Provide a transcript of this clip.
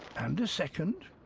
and a second.